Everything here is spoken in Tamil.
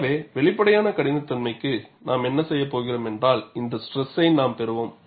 எனவே வெளிப்படையான கடினத்தன்மைக்கு நாம் என்ன செய்யப் போகிறோம் என்றால் இந்த ஸ்ட்ரெஸை நாம் பெறுவோம்